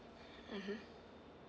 mmhmm